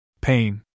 Pain